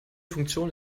funktion